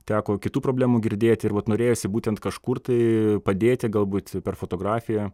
teko kitų problemų girdėti ir vat norėjosi būtent kažkur tai padėti galbūt per fotografiją